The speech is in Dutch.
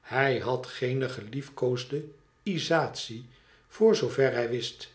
hij had geene geliefkoosde isatie voor zoover hij wist